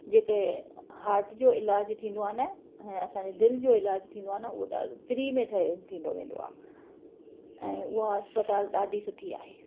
जेके हॉर्ट जो इलाज थींदो आहे न ऐं असांजे दिलि जो इलाज थींदो आहे न उहो फ्री में थींदो वेंदो आहे ऐं उहा अस्पताल ॾाढी सुठी आहे